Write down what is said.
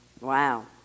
Wow